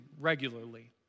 regularly